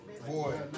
Boy